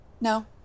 No